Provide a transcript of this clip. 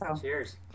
Cheers